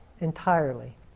entirely